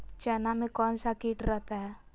चना में कौन सा किट रहता है?